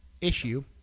issue